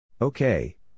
Okay